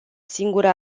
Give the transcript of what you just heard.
singură